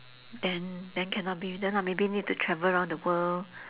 then then cannot be with them lah maybe need to travel around the world